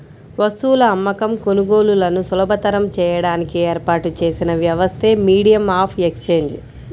వస్తువుల అమ్మకం, కొనుగోలులను సులభతరం చేయడానికి ఏర్పాటు చేసిన వ్యవస్థే మీడియం ఆఫ్ ఎక్సేంజ్